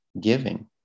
giving